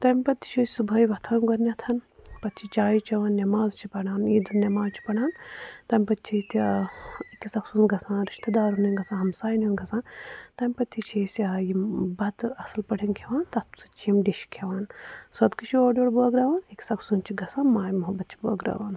تَمہِ پَتہٕ تہِ چھِ أسی صُبحے وۅتھان گۅڈنٮ۪تھ پَتہٕ چھِ چاے چٮ۪وان نٮ۪ماز چھِ پَران عیٖد ہُنٛد نٮ۪ماز چھِ پَران تَمہِ پَتہٕ چھِ ییٚتہِ أکِس اَکھ سُنٛد گَژھان رِشتہٕ دارَن ہُنٛد گژھان ہَمساین ہُنٛد گژھان تَمہِ پتہٕ چھِ أسۍ بتہٕ یہِ ہاے یہِ بتہٕ اصٕل پٲٹھۍ کھؠوان تتھ سٍتۍ چھِ یِم ڈِش کھٮ۪وان صُدقہٕ چھُ اوٗرٕ یوٗر بٲگراوان أکِس اَکھ سُنٛد چھِ گژھان ماے محبت چھِ بٲگراوان